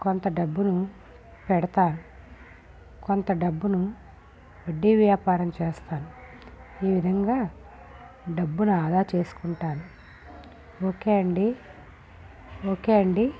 కొత్త డబ్బును పెడతాను కొంత డబ్బును వడ్డీ వ్యాపారం చేస్తాను ఈ విధంగా డబ్బును ఆదా చేసుకుంటాను ఓకే అండి ఓకే అండి